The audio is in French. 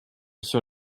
sur